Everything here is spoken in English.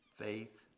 Faith